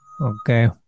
Okay